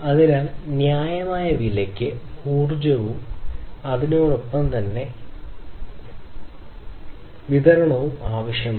അതിനാൽ ന്യായമായ വിലയ്ക്ക് ഊർജ്ജ വിതരണവും ആവശ്യമാണ്